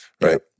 right